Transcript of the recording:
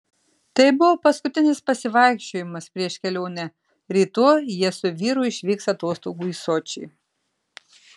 tai buvo paskutinis pasivaikščiojimas prieš kelionę rytoj jie su vyru išvyks atostogų į sočį